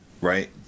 right